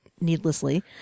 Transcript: needlessly